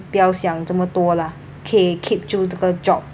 不要想这么多 lah 可以 keep 住这个 job